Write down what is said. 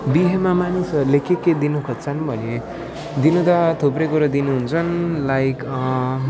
बिहेमा मानिसहरूले के के दिन खोज्छन् भने दिन त थुप्रै कुरो दिनुहुन्छ लाइक